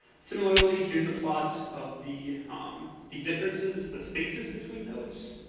similarly, here's a plot of the um the differences, the spaces between notes.